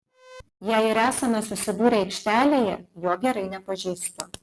jei ir esame susidūrę aikštelėje jo gerai nepažįstu